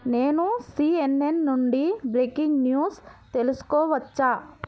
నేను సిఎన్ఎన్ నుండి breaking news తెలుసుకోవచ్చా